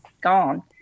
gone